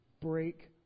break